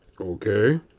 Okay